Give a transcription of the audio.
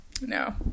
No